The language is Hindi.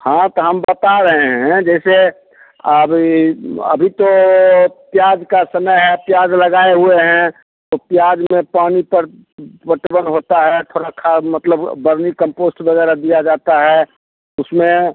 हाँ तो हम बता रहे हैं जैसे अब ये अभी तो प्याज का समय है प्याज लगाए हुए हैं प्याज में पानी पड़ प्रतिबंध होता है थोड़ा खा मतलब अ बर्मी कंपोस्ट वगैरह दिया जाता है उसमें